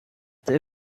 they